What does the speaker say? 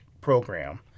program